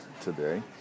today